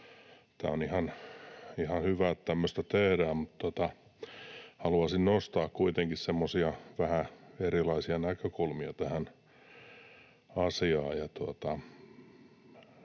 ja on ihan hyvä, että tämmöistä tehdään, mutta haluaisin nostaa kuitenkin semmoisia vähän erilaisia näkökulmia tähän asiaan: